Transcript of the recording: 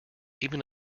even